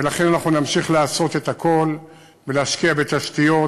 ולכן אנחנו נמשיך לעשות את הכול ולהשקיע בתשתיות,